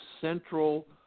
central